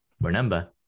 remember